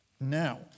Now